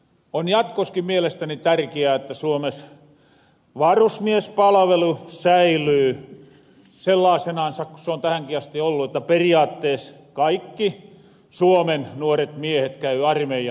on jatkoskin mielestäni tärkiää että suomes varusmiespalavelu säilyy sellaasenansa ku soon tähänki asti ollu että periaattees kaikki suomen nuoret miehet käy armeijan